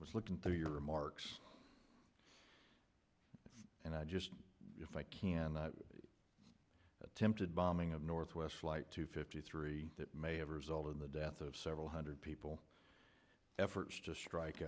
was looking through your remarks and i just if i can attempted bombing of northwest flight two fifty three that may have resulted in the deaths of several hundred people efforts to strike